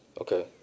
okay